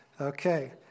Okay